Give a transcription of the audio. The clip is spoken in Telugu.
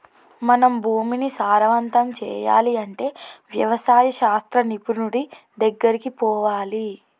మన భూమిని సారవంతం చేయాలి అంటే వ్యవసాయ శాస్త్ర నిపుణుడి దెగ్గరికి పోవాలి